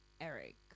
Eric